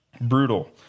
brutal